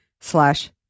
slash